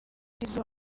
tizzo